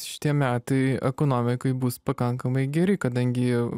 šitie metai ekonomikai bus pakankamai geri kadangi